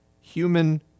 Human